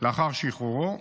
לאחר שחרורו